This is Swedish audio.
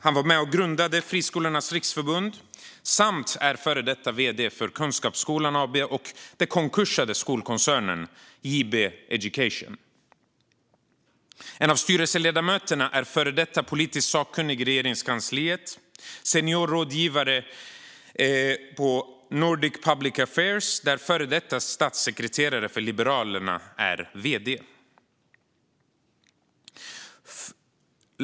Han var med och grundade Friskolornas riksförbund och är före detta vd för Kunskapsskolan och konkursade skolkoncernen JB-Education. En av styrelseledamöterna är före detta politisk sakkunnig i Regeringskansliet, senior rådgivare på Nordic Public Affairs AB, där en före detta statssekreterare för Liberalerna är vd.